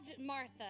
Martha